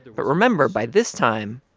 but remember, by this time,